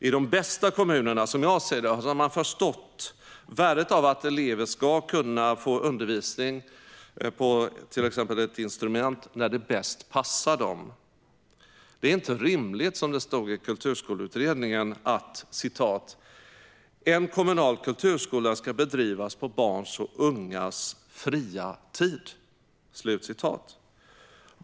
I de bästa kommunerna har man förstått värdet av att elever ska kunna få undervisning på till exempel ett instrument när det bäst passar dem. Det är inte rimligt som det stod i kulturskoleutredningen att en kommunal kulturskola ska bedrivas på barns och ungas fria tid.